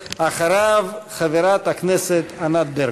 אחריו, חברת הכנסת ענת ברקו.